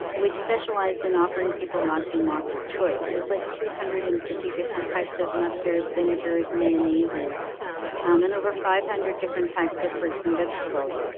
which specialized in offering people lots and lots of choice. it had, like, two hundred and fifty different types of mustards, vinegars, mayonnaises and over five hundred different types of fruits and vegetables.